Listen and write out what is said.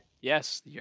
Yes